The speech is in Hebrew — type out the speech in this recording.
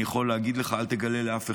אני יכול להגיד לך, אל תגלה לאף אחד,